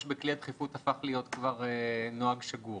בכלי הדחיפות הפך להיות כבר נוהג שגור,